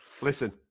Listen